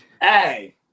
Hey